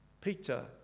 Peter